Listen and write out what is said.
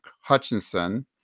Hutchinson